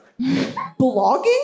Blogging